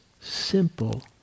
simple